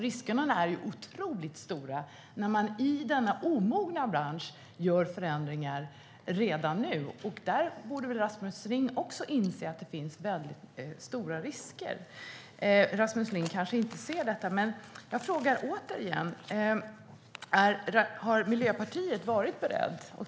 Riskerna är alltså otroligt stora när man i denna omogna bransch gör förändringar redan nu. Också Rasmus Ling borde inse att det finns stora risker. Han kanske inte ser detta, men jag frågar återigen: Har Miljöpartiet varit berett?